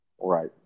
Right